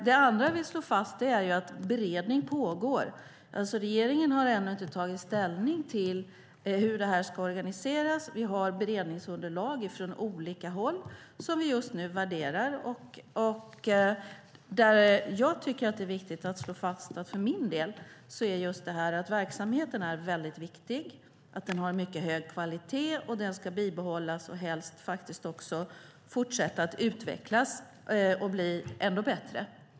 Det andra jag vill slå fast är att beredning pågår. Regeringen har ännu inte tagit ställning till hur detta ska organiseras. Vi har beredningsunderlag från olika håll som vi just nu värderar. För min del kan jag säga att verksamheten är väldigt viktig. Den har mycket hög kvalitet och ska bibehållas, helst också fortsätta att utvecklas och bli ännu bättre.